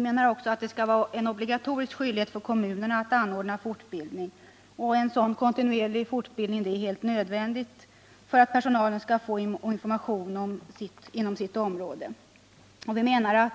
Det skall, anser vi, vara en obligatorisk skyldighet för kommunerna att anordna fortbildning. En sådan kontinuerlig fortbildning är helt nödvändig för att personalen skall få information inom sitt område. Personalen bör